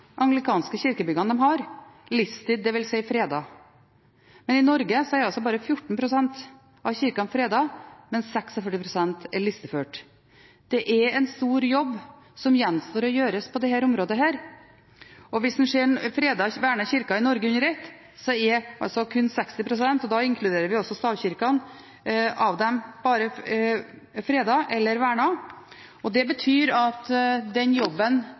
kirkebyggene de har, «listed», dvs. fredet. Men i Norge er bare 14 pst. av kirkene fredet, mens 46 pst. er listeført. Det er en stor jobb som gjenstår på dette området, og hvis man ser vernede kirker i Norge under ett, er kun 60 pst. – og da inkluderer vi også stavkirkene – av dem fredet. Det betyr at den jobben vi har foran oss, er stor. Jeg synes vi tar et viktig første skritt på den jobben